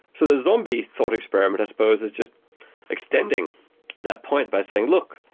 so the zombie thought experiment, i suppose, is just extending that point by saying look,